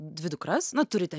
dvi dukras na turite